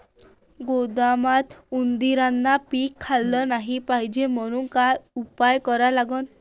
गोदामात उंदरायनं पीक खाल्लं नाही पायजे म्हनून का उपाय करा लागन?